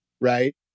right